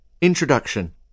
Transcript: Introduction –